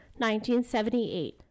1978